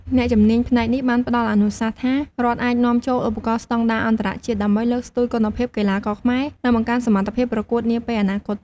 អ្នកជំនាញផ្នែកនេះបានផ្តល់អនុសាសន៍ថា រដ្ឋអាចនាំចូលឧបករណ៍ស្តង់ដារអន្តរជាតិ ដើម្បីលើកស្ទួយគុណភាពកីឡាករខ្មែរ និងបង្កើនសមត្ថភាពប្រកួតនាពេលអនាគត។